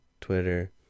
twitter